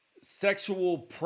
sexual